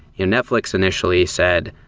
yeah netflix initially said,